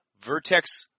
Vertex